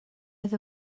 oedd